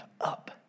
up